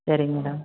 சரிங்க மேடம்